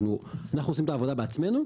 אנחנו עושים את העבודה בעצמנו.